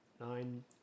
nine